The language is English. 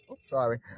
sorry